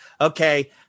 Okay